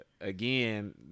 again